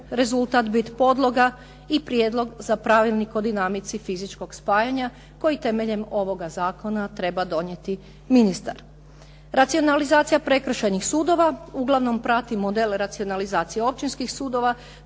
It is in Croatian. rezultat biti podloga i prijedlog za pravilnik o dinamici fizičkog spajanja koji temeljem ovoga zakona treba donijeti ministar. Racionalizacija prekršajnih sudova uglavnom prati model racionalizacije općinskih sudova,